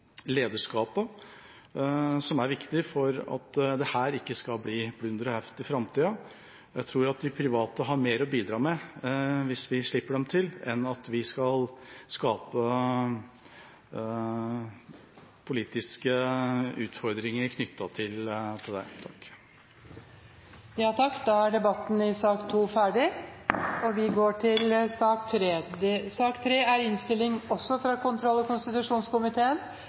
lederskapet som er viktig for at det ikke skal bli plunder og heft i framtida. Jeg tror de private har mer å bidra med hvis vi slipper dem til, enn politiske utfordringer knyttet til det. Flere har ikke bedt om ordet til sak nr. 2. Sakens ordfører er Kenneth Svendsen, men saksordførerinnlegget vil holdes av Helge Thorheim. Denne saken gjelder Riksrevisjonens undersøkelse av barnefattigdom, og